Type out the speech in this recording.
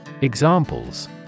Examples